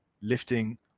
lifting